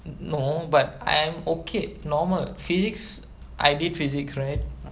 no but I am okay normal physics I did physics right